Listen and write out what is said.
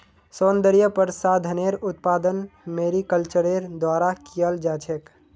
सौन्दर्य प्रसाधनेर उत्पादन मैरीकल्चरेर द्वारा कियाल जा छेक